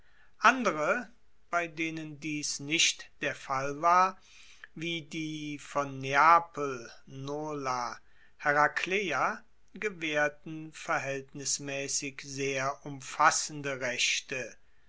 andere bei denen dies nicht der fall war wie die von neapel nola herakleia gewaehrten verhaeltnismaessig sehr umfassende rechte